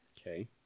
Okay